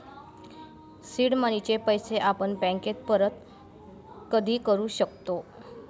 seed मनीचे पैसे आपण बँकेस परत कधी करू शकतो